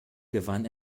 gewann